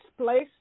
place